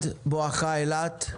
בואכה אילת.